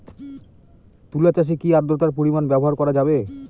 তুলা চাষে কি আদ্রর্তার পরিমাণ ব্যবহার করা যাবে?